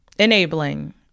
enabling